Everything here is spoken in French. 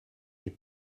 est